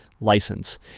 License